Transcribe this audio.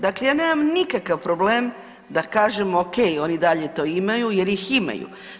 Dakle, ja nemam nikakav problem da kažemo, okej, oni i dalje to imaju jer ih imaju.